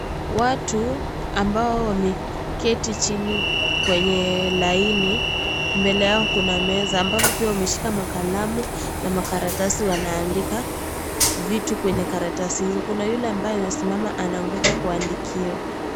Watu ambao wameketi chini kwenye laini mbele yao kuna meza ambapo pia wameshika makalamu na makaratasi wanaandika vitu kwenye karatasi hizo kuna yule ambaye amesimama anangoja kuandikiwa.